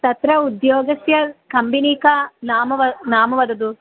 तत्र उद्योगस्य कम्बिनि का नाम वा नाम वदतु